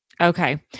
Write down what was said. Okay